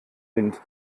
wind